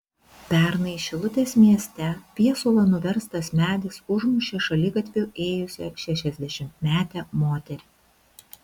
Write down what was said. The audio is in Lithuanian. pernai šilutės mieste viesulo nuverstas medis užmušė šaligatviu ėjusią šešiasdešimtmetę moterį